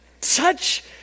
touch